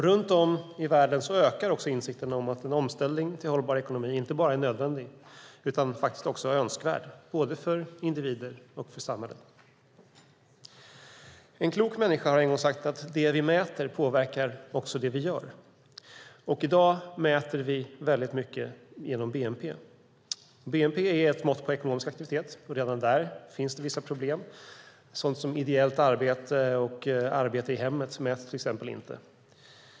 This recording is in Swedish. Runt om i världen ökar insikten om att en omställning till en hållbar ekonomi inte bara är nödvändig utan också önskvärd, både för individer och för samhällen. En klok människa har en gång sagt att det vi mäter också påverkar det vi gör. I dag mäter vi mycket genom bnp. Bnp är ett mått på ekonomisk aktivitet. Redan där finns det vissa problem. Sådant som ideellt arbete och arbete i hemmet mäts till exempel inte.